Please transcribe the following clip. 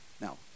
Now